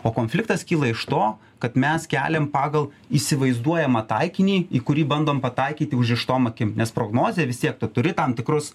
o konfliktas kyla iš to kad mes keliame pagal įsivaizduojamą taikinį į kurį bandom pataikyti užrištom akim nes prognozė vis tiek turi tam tikrus